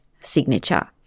signature